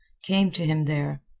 came to him there.